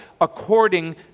according